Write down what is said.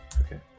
okay